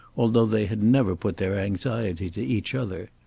although they had never put their anxiety to each other.